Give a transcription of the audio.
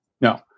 no